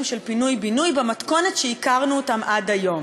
של פינוי-בינוי במתכונת שהכרנו עד היום.